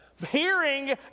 Hearing